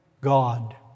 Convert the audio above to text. God